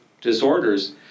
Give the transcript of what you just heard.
disorders